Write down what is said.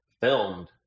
filmed